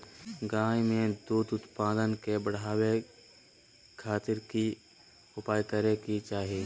गाय में दूध उत्पादन के बढ़ावे खातिर की उपाय करें कि चाही?